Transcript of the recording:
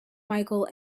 micheal